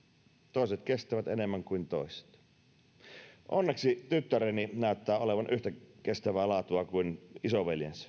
toiset kestävät enemmän kuin toiset onneksi tyttäreni näyttää olevan yhtä kestävää laatua kuin isoveljensä